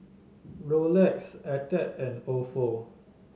Rolex Attack and Ofo